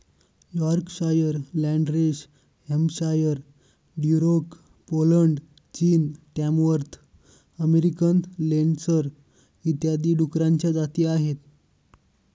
Yorkshire, Landrace Hampshire, Duroc Poland, चीन, Tamworth American Landrace इत्यादी डुकरांच्या जाती आहेत